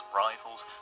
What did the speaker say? rivals